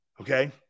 okay